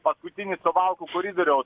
paskutinis suvalkų koridoriaus